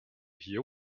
hear